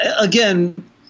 Again